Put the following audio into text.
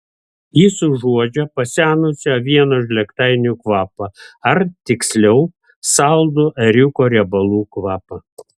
jis užuodžia pasenusių avienos žlėgtainių kvapą ar tiksliau saldų ėriuko riebalų kvapą